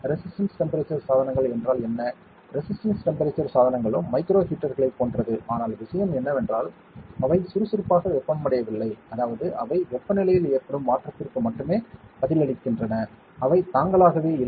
resistance temperature சாதனங்கள் என்றால் என்ன ரெசிஸ்டன்ஸ் டெம்பரேச்சர் சாதனங்களும் மைக்ரோ ஹீட்டர்களைப் போன்றது ஆனால் விஷயம் என்னவென்றால் அவை சுறுசுறுப்பாக வெப்பமடையவில்லை அதாவது அவை வெப்பநிலையில் ஏற்படும் மாற்றத்திற்கு மட்டுமே பதிலளிக்கின்றன அவை தாங்களாகவே இல்லை